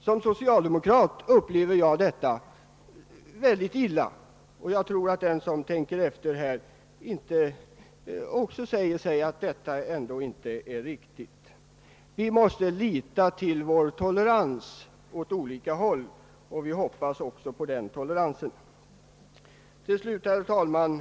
Som socialdemokrat tar jag illa vid mig av sådana saker. Jag tror att den som vill tänka efter emellertid kommer fram till att det inte vore riktigt att söka förhindra detta. Vi måste visa tolerans åt olika håll, och vi hoppas också på denna tolerans gentemot den kristna livsåskådningen.